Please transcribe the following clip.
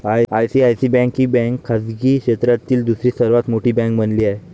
ICICI ही bank खाजगी क्षेत्रातील दुसरी सर्वात मोठी बँक बनली आहे